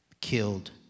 killed